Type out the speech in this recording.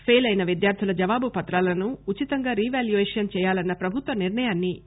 ఫెయిలయిన విద్యార్థుల జవాబు పత్రాలను ఉచితంగా రీ వాల్యుయేషన్ చెయ్యాలన్న ప్రభుత్వ నిర్ణయాన్ని ఎ